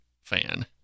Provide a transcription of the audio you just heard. fan